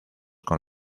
con